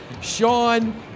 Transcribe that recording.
Sean